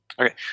Okay